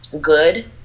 good